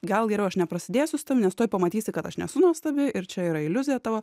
gal geriau aš neprasidėsiu su tavim nes tuoj pamatysi kad aš nesu nuostabi ir čia yra iliuzija tavo